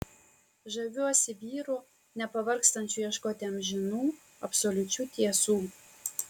žaviuosi vyru nepavargstančiu ieškoti amžinų absoliučių tiesų